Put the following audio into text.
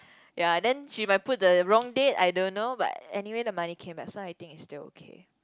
ya then she might put the wrong date I don't know but anyway the money came back so I think it's still okay